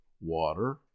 water